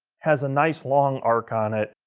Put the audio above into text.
has a nice long arc on it,